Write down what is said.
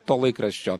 to laikraščio